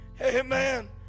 Amen